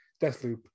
Deathloop